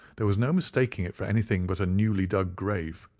there was no mistaking it for anything but a newly-dug grave.